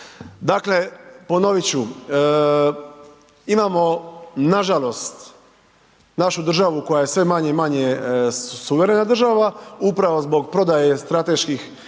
Dakle, ponovit ću. Imamo nažalost našu državu koja je sve manje i manje suverena država upravo zbog prodaje strateških